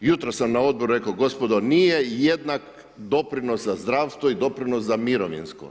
Jutros sam na odboru rekao, gospodo, nije jednak doprinos sa zdravstvo i doprinos za mirovinsko.